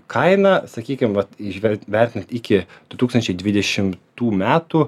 kaina sakykim vat įžvelgt vertinant iki du tūkstančiai dvidešimtų metų